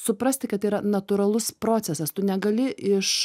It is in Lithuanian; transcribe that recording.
suprasti kad tai yra natūralus procesas tu negali iš